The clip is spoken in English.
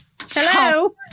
Hello